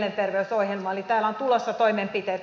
eli täällä on tulossa toimenpiteitä